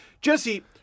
Jesse